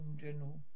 general